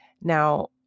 Now